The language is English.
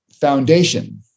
foundation